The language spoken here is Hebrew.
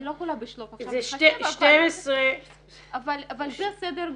לא יכולה בשלוף עכשיו --- אבל זה סדר גודל.